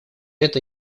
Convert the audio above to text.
это